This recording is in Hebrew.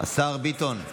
השר ביטון,